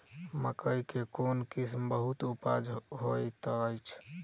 मकई केँ कोण किसिम बहुत उपजाउ होए तऽ अछि?